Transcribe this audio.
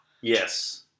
Yes